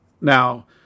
Now